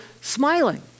smiling